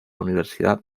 universidad